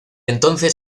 entonces